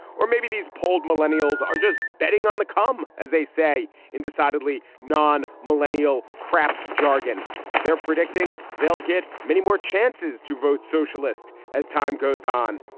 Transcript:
or maybe these polled millennials are just betting on the come as they say in decidedly non millennial craps jargon they're predicting they'll get many more chances to vote socialist as time goes on.